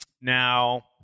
Now